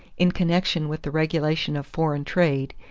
in connection with the regulation of foreign trade,